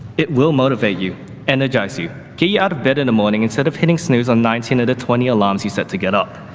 it will motivate you energize you, get you out of bed in the morning instead of hitting snooze on nineteen or the twenty alarms you set to get up.